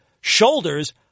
Shoulders